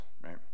right